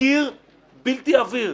קיר בלתי עביר.